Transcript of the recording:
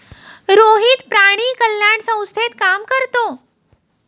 रोहित प्राणी कल्याण संस्थेत काम करतो